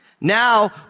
Now